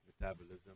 metabolism